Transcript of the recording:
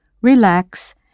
relax